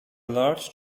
large